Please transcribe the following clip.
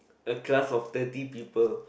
a class of thirty people